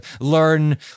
learn